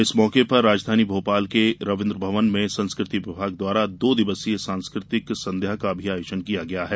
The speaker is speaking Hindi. इस मौके पर राजधानी भोपाल के रवीन्द्र भवन में संस्कृति विभाग द्वारा दो दिवसीय सांस्कृतिक संध्या का भी आयोजन किया गया है